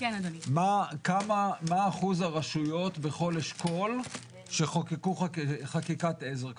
מה אחוז הרשויות בכל אשכול שחוקקו חקיקת עזר כזאת?